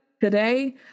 today